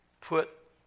put